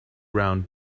round